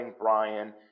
Brian